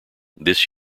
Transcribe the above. this